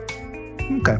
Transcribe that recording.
Okay